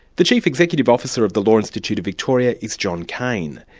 the chief executive officer of the law institute of victoria is john cain.